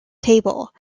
table